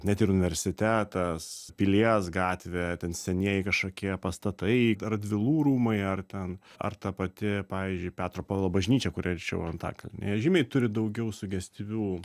net ir universitetas pilies gatvė ten senieji kažkokie pastatai radvilų rūmai ar ten ar ta pati pavyzdžiui petro povilo bažnyčia kuri arčiau antakalny žymiai turi daugiau sugestyvių